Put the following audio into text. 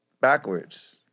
backwards